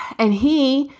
and he,